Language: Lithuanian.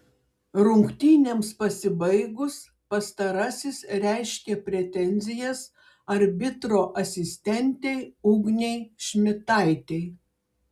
rungtynėms pasibaigus pastarasis reiškė pretenzijas arbitro asistentei ugnei šmitaitei